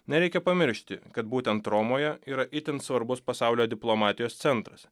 nereikia pamiršti kad būtent romoje yra itin svarbus pasaulio diplomatijos centras